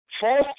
False